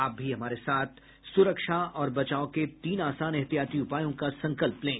आप भी हमारे साथ सुरक्षा और बचाव के तीन आसान एहतियाती उपायों का संकल्प लें